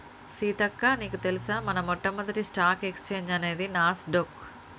సీతక్క నీకు తెలుసా మన మొట్టమొదటి స్టాక్ ఎక్స్చేంజ్ అనేది నాస్ డొక్